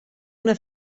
una